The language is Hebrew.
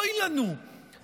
אוי לנו שעכשיו,